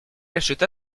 acheta